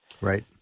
Right